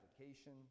application